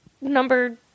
number